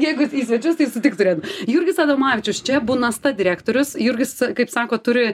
jeigu į svečius tai sutikt turėtum jurgis adomavičius čia būna sta direktorius jurgis kaip sako turi